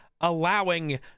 allowing